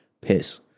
Piss